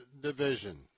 Division